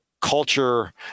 culture